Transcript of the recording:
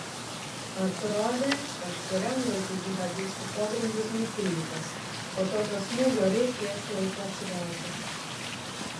atrodė kažkuriam laikui džihadistų pogrindis nutildytas po tokio smūgio reikės laiko atsigauti